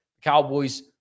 Cowboys